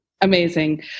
Amazing